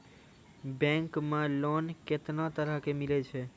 Bank मे loan कैतना तरह के मिलै छै?